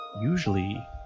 Usually